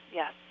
yes